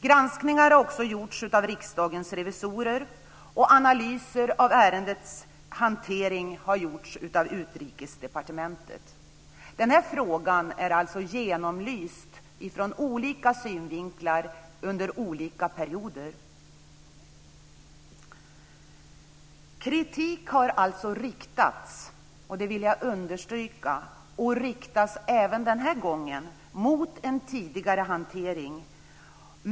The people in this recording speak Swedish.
Granskningar har också gjorts av Riksdagens revisorer och analyser av ärendets hantering har gjorts av Utrikesdepartementet. Den här frågan är alltså genomlyst från olika synvinklar under olika perioder. Kritik har alltså riktats - det vill jag understryka - även den här gången mot en tidigare hantering.